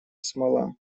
смола